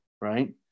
right